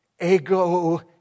ego